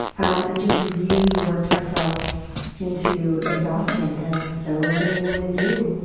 um and just really worked myself into exhaustion, as so many women do.